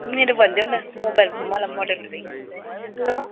मेरो भनिदेऊ न मोबाइलको मलाई मोडलहरू याद छैन हेलो